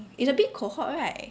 it's a big cohort right